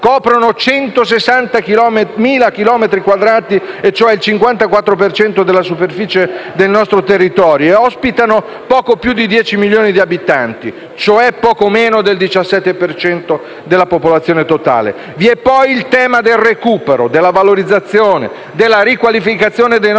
coprono 160.000 chilometri quadrati (cioè il 54 per cento della superficie del nostro territorio) e ospitano poco più di 10 milioni di abitanti (cioè poco meno del 17 per cento della popolazione totale). Vi è poi il tema del recupero, della valorizzazione e della riqualificazione dei nostri